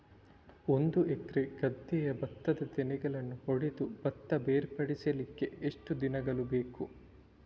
ಒಂದು ಎಕರೆ ಗದ್ದೆಯ ಭತ್ತದ ತೆನೆಗಳನ್ನು ಹೊಡೆದು ಭತ್ತ ಬೇರ್ಪಡಿಸಲಿಕ್ಕೆ ಎಷ್ಟು ದಿನಗಳು ಬೇಕು?